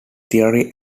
theory